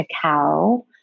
cacao